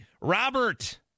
Robert